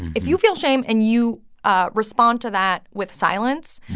if you feel shame and you ah respond to that with silence,